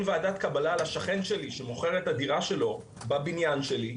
ועדת קבלה לשכן שלי שמוכר את דירתו בבניין שלי,